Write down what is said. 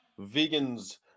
vegans